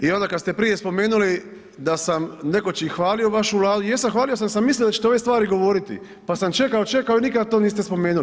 I onda kad ste prije spomenuli da sam nekoć i hvalio vašu Vladu, jesam hvalio sam jer sam mislio da ćete ove stvari govoriti, pa sam čekao, čekao i nikad to niste spomenuli.